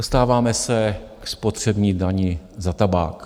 Dostáváme se ke spotřební dani za tabák.